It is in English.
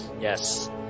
Yes